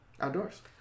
Outdoors